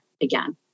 again